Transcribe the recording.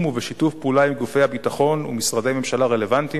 ובשיתוף פעולה עם גופי הביטחון ומשרדי ממשלה רלוונטיים,